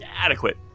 adequate